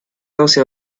doce